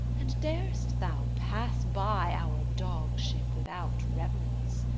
and darest thou pass by our dog-ship without reverence